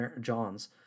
John's